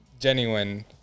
genuine